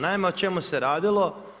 Naime, o čemu se radilo?